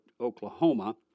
Oklahoma